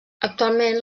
actualment